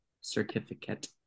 certificate